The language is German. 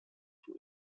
vom